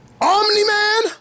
Omni-Man